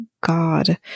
God